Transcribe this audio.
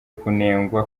kunengwa